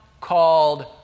called